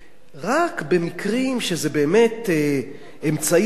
רק במקרים שזה באמת אמצעי אחרון,